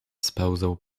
spełzał